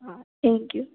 हा थैंक्यू